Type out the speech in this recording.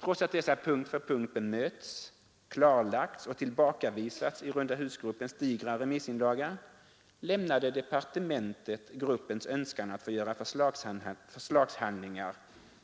Trots att dessa punkt för punkt bemötts, klarlagts och tillbakavisats i rundahusgruppens digra remissinlaga lämnade departementet gruppens önskan att få göra förslagshandlingar